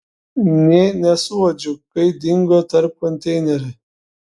nė nesuuodžiau kai dingo tarp konteinerių